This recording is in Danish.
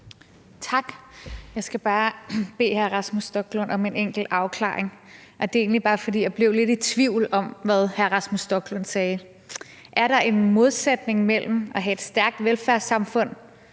Tak. Jeg skal bare bede hr. Rasmus Stoklund om en enkelt afklaring. Jeg blev nemlig lidt i tvivl om, hvad hr. Rasmus Stoklund sagde. Er der en modsætning mellem at have et stærkt velfærdssamfund